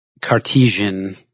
Cartesian